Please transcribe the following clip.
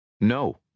No